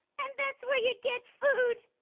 and that's where you get food.